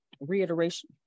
Reiteration